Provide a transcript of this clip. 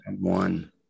one